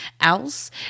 else